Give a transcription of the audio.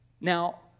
Now